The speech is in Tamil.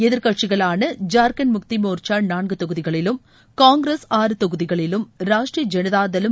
எதிர்கட்சிகளான ஜாங்கள்ட் முக்தி மோர்ச்சா நான்கு தொகுதிகளிலும் காங்கிரஸ் ஆறு தொகுதிகளிலும் ராஷ்ட்ரிய ஜனதாதளம